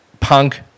punk